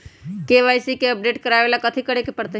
KYC के update करवावेला कथि करें के परतई?